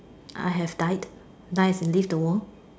I have died died as in leave the world